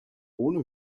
ohne